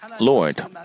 Lord